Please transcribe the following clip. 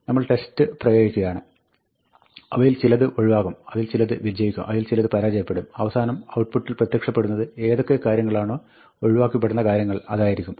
നമ്മൾ test പ്രയോഗിക്കുകയാണ് അവയിൽ ചിലത് ഒഴിവാകും അവയിൽ ചിലത് വിജയിക്കും അവയിൽ ചിലത് പരാജയപ്പെടും അവസാനം ഔട്ട്പുട്ടിൽ പ്രത്യക്ഷപ്പെടുന്നത് ഏതൊക്കെ കാര്യങ്ങളാണോ ഒഴിവാക്കപ്പെടുന്ന കാര്യങ്ങൾ അതായിരിക്കും